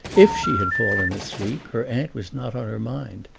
if she had fallen asleep her aunt was not on her mind,